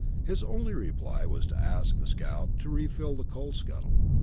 his only reply was to ask the scout to refill the coal-scuttle.